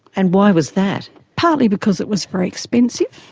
and why was that? partly because it was very expensive,